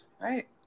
right